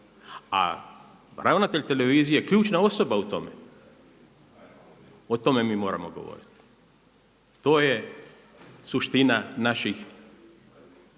a ravnatelj televizije ključna osoba u tome o tome mi moramo govoriti. To je suština naših